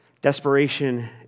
Desperation